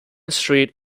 street